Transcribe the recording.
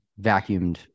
vacuumed